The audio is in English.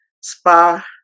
spa